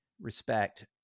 respect